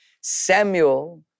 Samuel